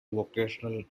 vocational